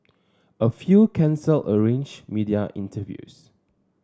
a few cancelled arranged media interviews